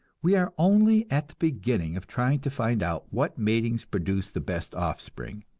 we are only at the beginning of trying to find out what matings produce the best offspring.